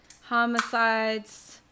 Homicides